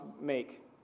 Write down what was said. make